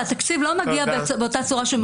והתקציב לא מגיע באותה צורה שהוא מגיע